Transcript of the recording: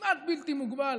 הכמעט-בלתי-מוגבל